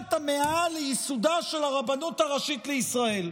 בשנת ה-100 לייסודה של הרבנות הראשית לישראל,